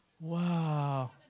Wow